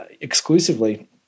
exclusively